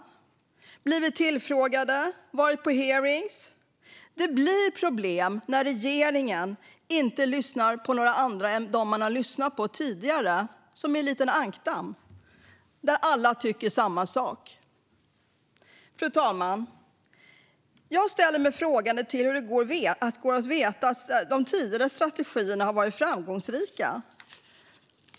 Har de blivit tillfrågade och varit på hearingar? Det blir problem när regeringen inte lyssnar på andra än dem man lyssnat på tidigare. Det är som i en liten ankdamm, där alla tycker samma sak. Fru talman! Jag ställer mig frågande till hur det går att veta att tidigare strategier har varit framgångsrika.